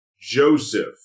Joseph